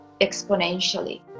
exponentially